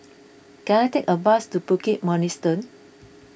can I take a bus to Bukit Mugliston